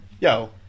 Yo